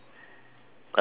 um